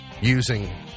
using